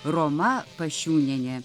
roma pašiūnienė